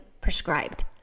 prescribed